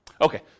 Okay